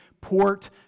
port